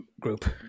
group